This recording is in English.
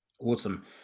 Awesome